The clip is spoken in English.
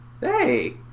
Hey